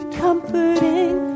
comforting